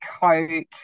coke